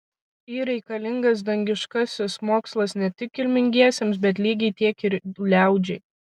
yr reikalingas dangiškasis mokslas ne tik kilmingiesiems bet lygiai tiek ir liaudžiai